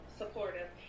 supportive